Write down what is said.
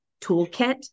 toolkit